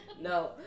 No